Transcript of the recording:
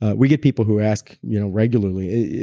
ah we get people who ask you know regularly,